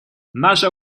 наша